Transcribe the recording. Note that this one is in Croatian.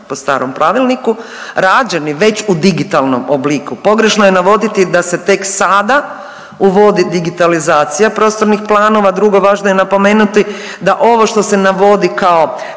po starom pravilniku rađeni već u digitalnom obliku. Pogrešno je navoditi da se tek sada uvodi digitalizacija prostornih planova. Drugo, važno je napomenuti da ovo što se navodi kao